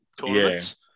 tournaments